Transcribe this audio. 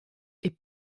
est